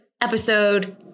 episode